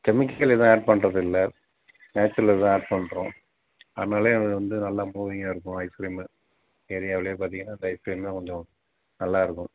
chemical எதுவும் add பண்றது இல்லை நேச்சுரல் இதுதான் ஆட் பண்ணுறோம் அதுனாலேயே அது வந்து நல்லா மூவிங்காக இருக்கும் ஐஸ் கிரீம் ஏரியாவிலியே பார்த்தீங்கன்னா இந்த ஐஸ் கிரீம் தான் கொஞ்சம் நல்லாயிருக்கும்